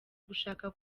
gushaka